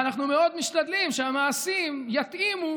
ואנחנו מאוד משתדלים שהמעשים יתאימו